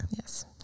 Yes